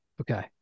okay